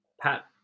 Pat